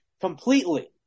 completely